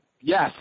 Yes